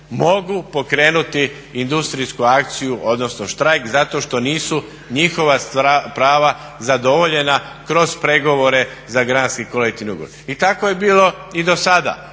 mogu pokrenuti industrijsku akciju, odnosno štrajk zato što nisu njihova prava zadovoljena kroz pregovore za granski kolektivni ugovor. I tako je bilo i do sada.